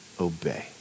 obey